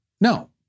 No